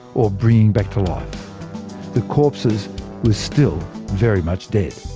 or bringing back to life the corpses were still very much dead.